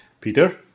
Peter